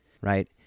right